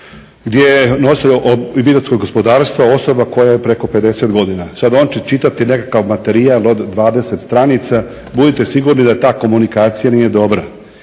gdje je nositelj obiteljskog gospodarstva osoba koja je preko 50 godina. Sad on će čitati nekakav materijal od 20 stranica. Budite sigurni da ta komunikacija nije dobra.